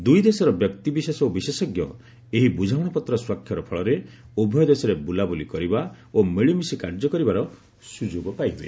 ଦୁଇ ଦେଶର ବ୍ୟକ୍ତିବିଶେଷ ଓ ବିଶେଷଜ୍ଞ ଏହି ବୁଝାମଣାପତ୍ର ସ୍ୱାକ୍ଷର ଫଳରେ ଉଭୟଦେଶରେ ବୁଲାବୁଲି କରିବା ଓ ମିଳିମିଶି କାର୍ଯ୍ୟ କରିବାର ସ୍ରଯୋଗ ପାଇବେ